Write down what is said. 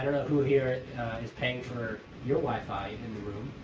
and know who here is paying for your wi-fi in the room,